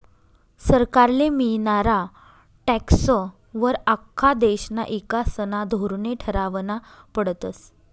सरकारले मियनारा टॅक्सं वर आख्खा देशना ईकासना धोरने ठरावना पडतस